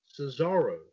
Cesaro